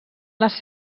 les